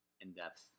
in-depth